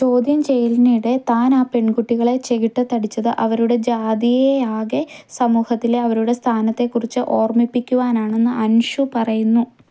ചോദ്യം ചെയ്യലിനിടെ താൻ ആ പെൺകുട്ടികളെ ചെകിട്ടത്തടിച്ചത് അവരുടെ ജാതിയെ ആകെ സമൂഹത്തിലെ അവരുടെ സ്ഥാനത്തെക്കുറിച്ച് ഓർമിപ്പിക്കുവാനാണെന്ന് അൻഷു പറയുന്നു